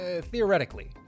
theoretically